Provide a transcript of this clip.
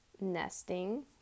Nesting